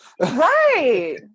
Right